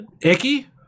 Icky